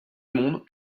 monde